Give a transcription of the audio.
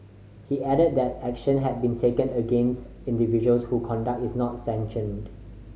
he added that action had been taken against individuals who conduct is not sanctioned